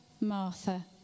Martha